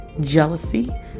jealousy